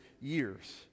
years